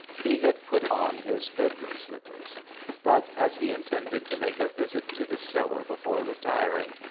he had put on his bed-room slippers but, as he intended to make a visit to the cellar before retiring,